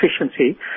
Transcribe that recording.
efficiency